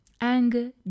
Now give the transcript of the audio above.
anger